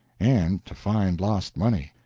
and to find lost money.